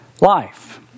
life